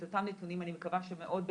את אותם נתונים אני מקווה שמאוד בקרוב,